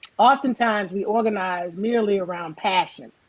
oftentimes we organize merely around passion.